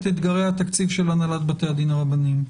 אתגרי התקציב של הנהלת בתי הדין הרבניים.